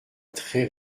très